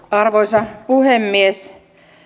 arvoisa puhemies